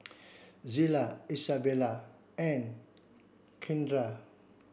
Zillah Izabella and Kindra